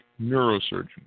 neurosurgeon